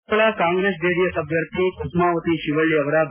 Kundgol Congress JDS ಅಭ್ವರ್ಥಿ ಕುಸುಮಾವತಿ ಶಿವಳ್ಳ ಅವರ B